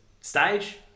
stage